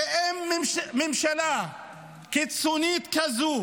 ואין ממשלה קיצונית כזאת